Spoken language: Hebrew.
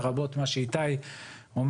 לרבות מה שאיתי אומר,